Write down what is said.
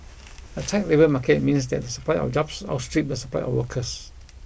a tight labour market means that the supply of jobs outstrip the supply of workers